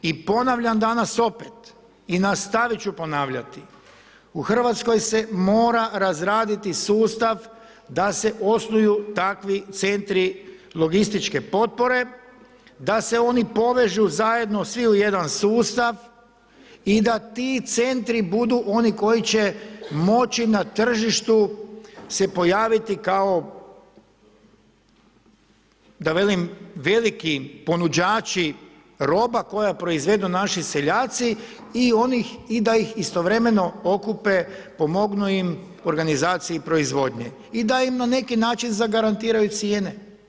I ponavljam danas opet i nastavit ću ponavljati, u Hrvatskoj se mora razraditi sustav da se osnuju takvi centri logističke potpore, da se oni povežu zajedno svi u jedan sustav i da ti centri budu oni koji će moći na tržištu se pojaviti kao da velim veliki ponuđači roba, koja proizvedu naši seljaci i da ih istovremeno okupe, pomognu im, organizaciji i proizvodnji i da im na neki način zagarantiraju cijene.